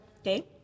okay